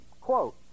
Quote